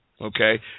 Okay